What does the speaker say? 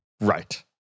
Right